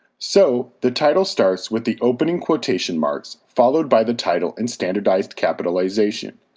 so, the title starts with the opening quotation marks, followed by the title in standardized capitalization.